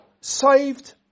saved